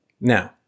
Now